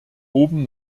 oben